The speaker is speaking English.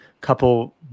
couple